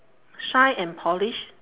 shine and polish